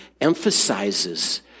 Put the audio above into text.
emphasizes